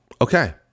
okay